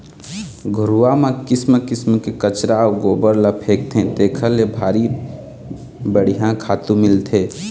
घुरूवा म किसम किसम के कचरा अउ गोबर ल फेकथे तेखर ले भारी बड़िहा खातू मिलथे